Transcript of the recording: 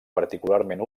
particularment